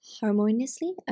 harmoniously